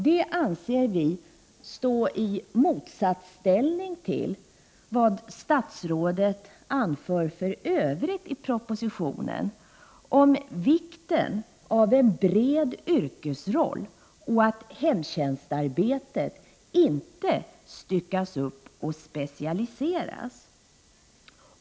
Det anser vi står i motsatsställning till det statsrådet anför för övrigt i propositionen om vikten av en bred yrkesroll och av att hemtjänstarbetet inte styckas upp och specialiseras.